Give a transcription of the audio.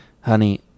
Honey